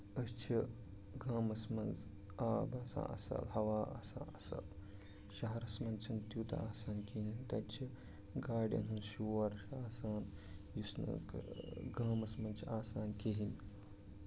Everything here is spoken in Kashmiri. أسۍ چھِ گامَس منٛز آب آسان اَصٕل ہوا آسان اَصٕل شہرَس منٛز چھُنہٕ تیوٗتاہ آسان کِہیٖنۍ تَتہِ چھِ گاڈین ہُند شور چھُ آسان یُس نہٕ گامَس منٛز چھُ آسان کِہینۍ